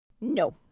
No